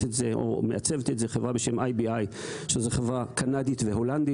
את זה או מעצבת את זה חברה קנדית והולנדית